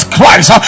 Christ